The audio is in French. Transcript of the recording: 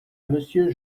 monsieur